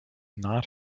not